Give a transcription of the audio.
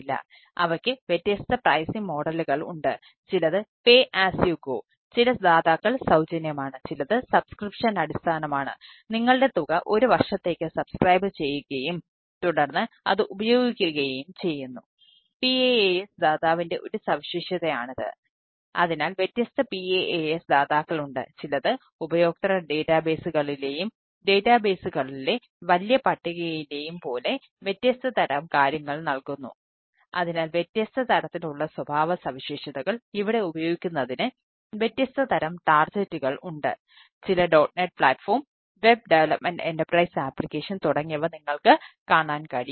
അതിനാൽ അവയ്ക്ക് വ്യത്യസ്ത പ്രൈസിംഗ് മോഡലുകൾ തുടങ്ങിയവ നിങ്ങൾക്ക് കാണാൻ കഴിയും